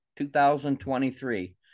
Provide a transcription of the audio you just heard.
2023